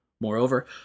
Moreover